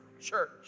church